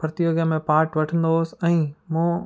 प्रतियोगिता में पाट वठंदो हुअसि ऐं मूं